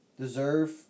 deserve